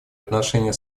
отношении